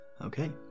Okay